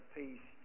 peace